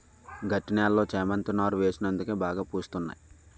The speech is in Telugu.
గట్టి నేలలో చేమంతి నారు వేసినందుకే బాగా పూస్తున్నాయి